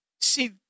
See